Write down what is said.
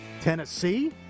Tennessee